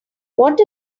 what